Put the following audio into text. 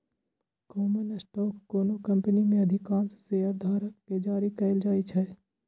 common stock कोनो company मे अधिकांश शेयरधारक कें जारी कैल जाइ छै